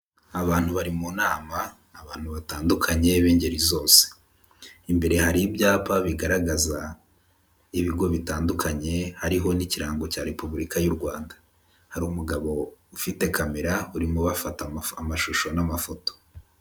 Abantu bari mu nama, abantu batandukanye b'ingeri zose. Imbere hari ibyapa bigaragaza, ibigo bitandukanye, hariho n'ikirango cya Repubulika y'u Rwanda. Hari umugabo ufite Kamera, urimo abafata amashusho n'amafoto.